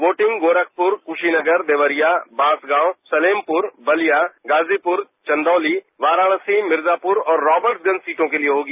voting Gorakhpur Kushinagar Deoria Bansgaon Salempur Ballia Ghazipur Chandauli Varanasi Mirzapur और रॉबर्टगंज सीटों के लिए होगी